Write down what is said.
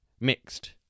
mixed